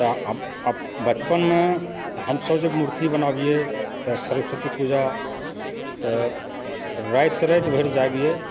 तऽ आब आब बचपनमे हम सभ जे मूर्ति बनबियै तऽ सरवती पूजा तऽ राति राति भरि जागियै